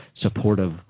supportive